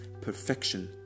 perfection